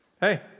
Hey